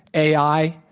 ai,